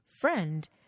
friend